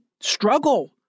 struggle